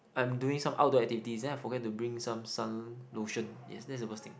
I'm doing some outdoor activities then I forget to bring some sun lotion yes that's the worst thing